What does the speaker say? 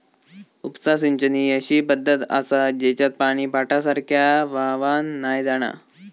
उपसा सिंचन ही अशी पद्धत आसा जेच्यात पानी पाटासारख्या व्हावान नाय जाणा